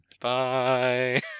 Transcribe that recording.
Bye